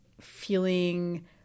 feeling